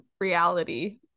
reality